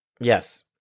yes